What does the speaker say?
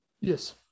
Yes